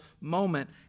moment